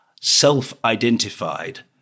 self-identified